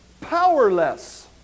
powerless